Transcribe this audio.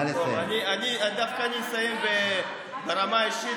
אני דווקא אסיים ברמה אישית.